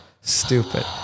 stupid